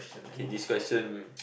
okay this question